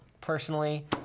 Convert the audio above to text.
Personally